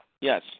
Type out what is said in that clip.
Yes